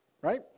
Right